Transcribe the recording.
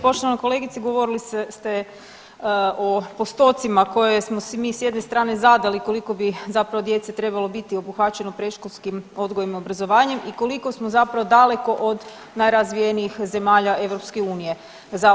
Poštovana kolegice, govorili ste o postocima koje smo si mi s jedne strane zadali koliko bi zapravo djece trebalo biti obuhvaćeno predškolskim odgojem i obrazovanjem i koliko smo zapravo daleko od najrazvijenijih zemalja Europske unije.